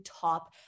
top